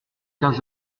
quinze